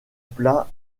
plat